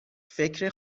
فکر